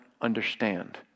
understand